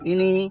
Ini